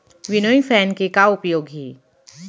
Winnowing fan के का उपयोग हे?